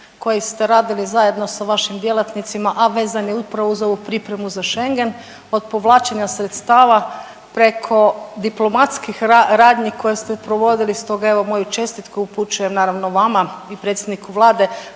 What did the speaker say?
koji ste radili zajedno sa vašim djelatnicima, a vezan je upravo uz ovu pripremu za Schengen od povlačenja sredstava preko diplomatskih radnji koje ste provodili, stoga evo moju čestitku upućujem naravno vama i predsjedniku Vlade,